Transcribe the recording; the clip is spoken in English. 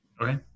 Okay